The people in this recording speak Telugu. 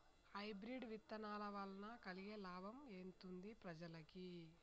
హైబ్రిడ్ విత్తనాల వలన కలిగే లాభం ఎంతుంది ప్రజలకి?